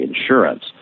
Insurance